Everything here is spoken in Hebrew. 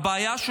הבעיה של